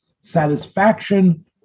satisfaction